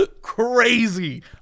crazy